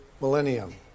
millennium